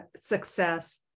Success